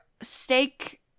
steak